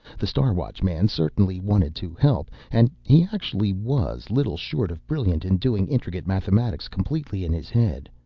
the star watchman certainly wanted to help, and he actually was little short of brilliant in doing intricate mathematics completely in his head.